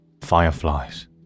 fireflies